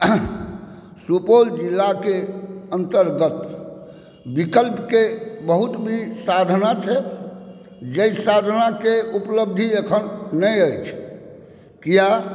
सुपौल जिलाके अंतर्गत विकल्पके बहुत भी साधना छै जै साधनाके उपलब्धि अखन नहि अछि किया